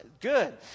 good